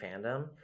fandom